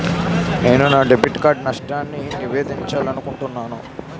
నేను నా debit card నష్టాన్ని నివేదించాలనుకుంటున్నాను